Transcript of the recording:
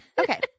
Okay